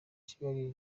kigali